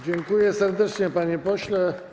Dziękuję serdecznie, panie pośle.